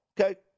Okay